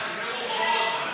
20),